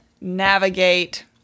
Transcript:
navigate